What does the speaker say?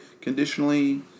conditionally